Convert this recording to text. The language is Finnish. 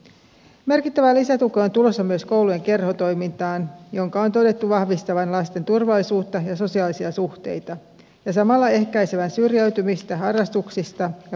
merkittävää lisätukea on tulossa myös koulujen kerhotoimintaan jonka on todettu vahvistavan lasten turvallisuutta ja sosiaalisia suhteita ja samalla ehkäisevän syrjäytymistä harrastuksista ja vuorovaikutussuhteista